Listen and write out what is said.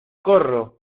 corro